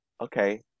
Okay